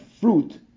fruit